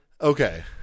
okay